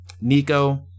Nico